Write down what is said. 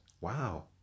Wow